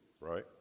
right